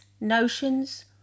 notions